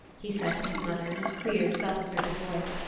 he said to his mother, in his clear self-assertive voice.